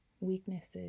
weaknesses